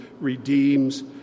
redeems